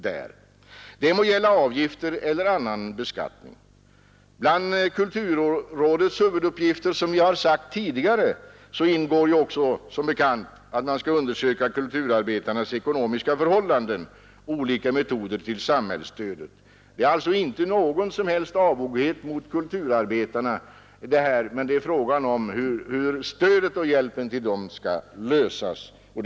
Detta må gälla oavsett om det är fråga om avgifter eller annan form av beskattning. Som vi tidigare framhållit ingår också bland kulturrådets huvuduppgifter att undersöka kulturarbetarnas ekonomiska förhållanden och olika metoder för samhällsstöd. Det är alltså inte fråga om någon som helst avoghet mot kulturarbetarna utan det gäller hur stödet och hjälpen till dem skall kunna utformas.